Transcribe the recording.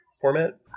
format